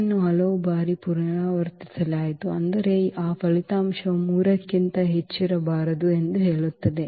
ಅನ್ನು ಹಲವು ಬಾರಿ ಪುನರಾವರ್ತಿಸಲಾಯಿತು ಆದರೆ ಆ ಫಲಿತಾಂಶವು 3 ಕ್ಕಿಂತ ಹೆಚ್ಚಿರಬಾರದು ಎಂದು ಹೇಳುತ್ತದೆ